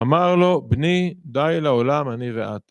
אמר לו, בני, די לעולם אני ואתה.